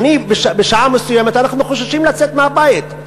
בשעה מסוימת אנחנו חוששים לצאת מהבית,